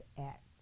Act